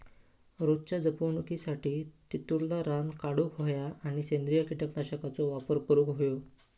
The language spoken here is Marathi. रोपाच्या जपणुकीसाठी तेतुरला रान काढूक होया आणि सेंद्रिय कीटकनाशकांचो वापर करुक होयो